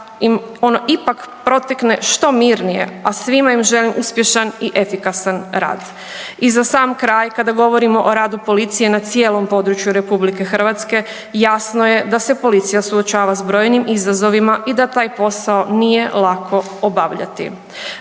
ipak protekne što mirnije a svima im želim uspješan i efikasan rad. I za sam kraj, kada govorimo o radu policije na cijelom području RH, jasno je da se policija suočava s brojnim izazovima i da taj posao nije lako obavljati